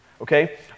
okay